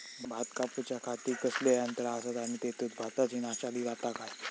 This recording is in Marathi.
भात कापूच्या खाती कसले यांत्रा आसत आणि तेतुत भाताची नाशादी जाता काय?